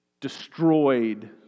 destroyed